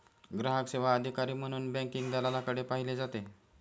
ग्राहक सेवा अधिकारी म्हणूनही बँकिंग दलालाकडे पाहिले जाते